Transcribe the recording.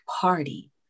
Party